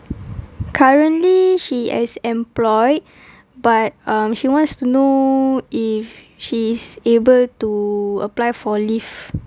currently she is in employed but um she wants to know if she's able to apply for leave